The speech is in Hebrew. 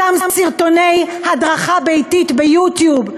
אותם סרטוני הדרכה ביתית ביוטיוב,